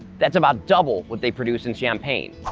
that's about double what they produce in champagne.